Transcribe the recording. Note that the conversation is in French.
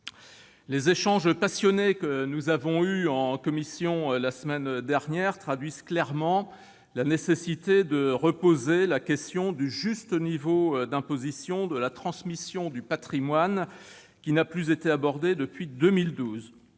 Les échanges passionnés que nous avons eus en commission la semaine dernière traduisent clairement la nécessité de reposer la question du juste niveau d'imposition de la transmission du patrimoine, qui n'a plus été abordée depuis 2012.